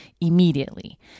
immediately